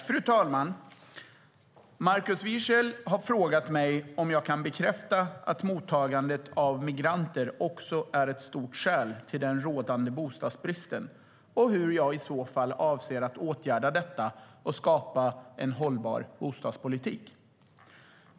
Fru talman! Markus Wiechel har frågat mig om jag kan bekräfta att mottagandet av migranter också är ett stort skäl till den rådande bostadsbristen och hur jag i så fall avser att åtgärda detta och skapa en hållbar bostadspolitik.